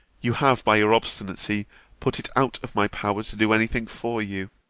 you have by your obstinacy put it out of my power to do any thing for you.